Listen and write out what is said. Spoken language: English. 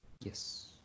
Yes